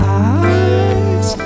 eyes